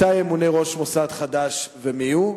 מתי ימונה ראש מוסד חדש ומי הוא?